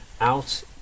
out